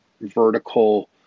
vertical